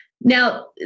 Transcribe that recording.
Now